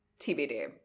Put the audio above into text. TBD